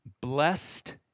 Blessed